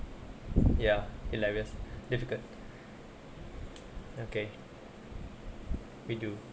ya hilarious difficult okay we do